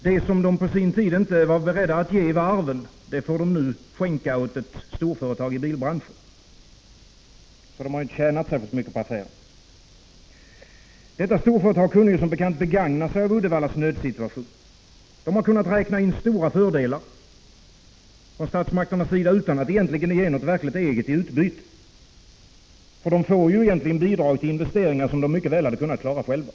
Det som de på sin tid inte var beredda att ge varven får de nu skänka ett storföretag i bilbranschen, så de har inte tjänat särskilt mycket på affären. Detta storföretag i bilbranschen kunde som bekant begagna sig av Uddevallas nödsituation. Det har kunnat tillgodoräkna sig stora fördelar från statsmakterna utan att egentligen ge något eget i utbyte, eftersom det ju får bidrag till investeringar som det mycket väl hade kunnat klara på egen hand.